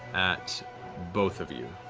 at both of you.